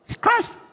Christ